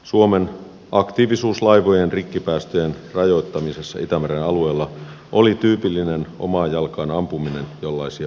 suomen aktiivisuus laivojen rikkipäästöjen rajoittamisessa itämeren alueella oli tyypillinen omaan jalkaan ampuminen jollaisia pitää varoa